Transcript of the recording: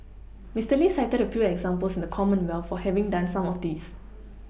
Mister Lee cited a few examples in the Commonwealth for having done some of this